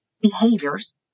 behaviors